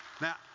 Now